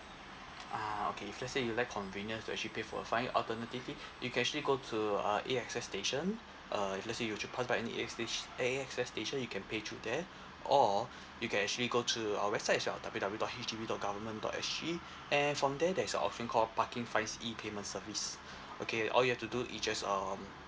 ah okay if let's say you'd like convenience to actually pay for a fine alternatively you can actually go to uh A_X_S station uh if let's say you to pass by any A_X sta~ A_X_S station you can pay through there or you can actually go to our website as well W W dot H D B dot government dot S G and from there there's a option called parking fines E payment service okay all you have to do you just um